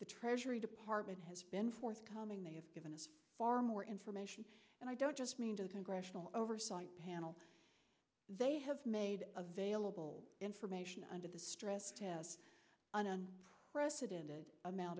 the treasury department has been forthcoming they have given far more information and i don't just mean to the congressional oversight panel they have made available information under the stress test on a precedent amount